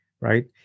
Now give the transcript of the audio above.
right